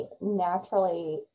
naturally